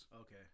Okay